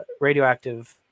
radioactive